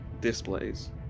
displays